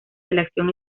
selección